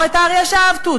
את "האריה שאהב תות"?